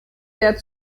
der